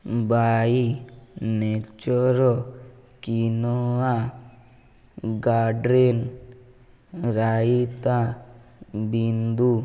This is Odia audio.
Bai nature quinoa garden raita ବିନ୍ଧୁ